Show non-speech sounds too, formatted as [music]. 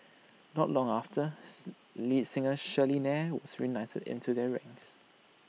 not long after [unintelligible] singer Shirley Nair was recruited into their ranks